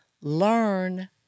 learn